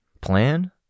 Plan